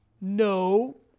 No